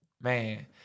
man